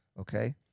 Okay